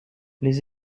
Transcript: les